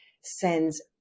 sends